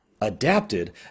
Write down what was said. adapted